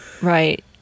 Right